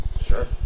Sure